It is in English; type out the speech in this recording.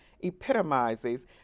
epitomizes